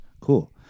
cool